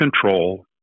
control